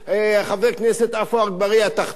חבר כנסת עפו אגבאריה תחתום,